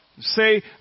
Say